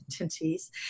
entities